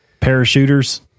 parachuters